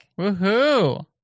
Woohoo